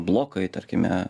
blokai tarkime